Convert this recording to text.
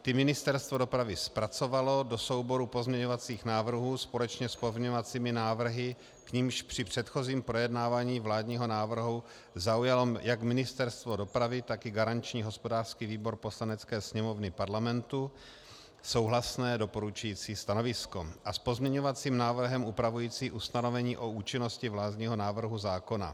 Ty Ministerstvo dopravy zpracovalo do souboru pozměňovacích návrhů společně s pozměňovacími návrhy, k nimž při předchozím projednávání vládního návrhu zaujalo jak Ministerstvo dopravy, tak i garanční hospodářský výbor Poslanecké sněmovny Parlamentu souhlasné doporučující stanovisko, a s pozměňovacím návrhem upravujícím ustanovení o účinnosti vládního návrhu zákona.